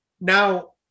Now